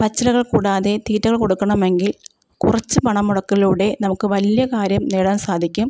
പച്ചിലകൾ കൂടാതെ തീറ്റകൾ കൊടുക്കണമെങ്കിൽ കുറച്ചു പണം മുടക്കലിലൂടെ നമുക്ക് വലിയ കാര്യം നേടാൻ സാധിക്കും